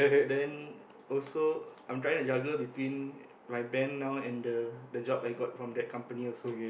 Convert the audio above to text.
then also I'm trying to juggle between my band now and the the job I got from that company also